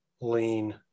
lean